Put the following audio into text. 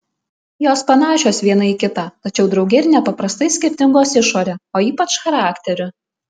jos panašios viena į kitą tačiau drauge ir nepaprastai skirtingos išore o ypač charakteriu